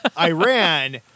Iran